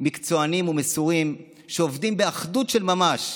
מקצוענים ומסורים, שעובדים באחדות של ממש.